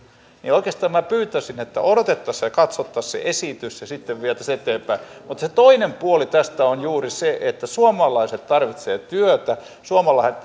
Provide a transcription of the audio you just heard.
oikeastaan minä pyytäisin että odotettaisiin ja katsottaisiin se esitys ja sitten vietäisiin eteenpäin mutta se toinen puoli tästä on juuri se että suomalaiset tarvitsevat työtä suomalaiset